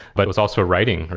but was also writing,